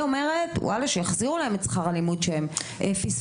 אני אומרת שיחזירו להם את שכר הלימוד שהם פספסו,